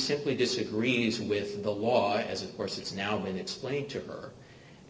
simply disagrees with the law as of course it's now been explained to her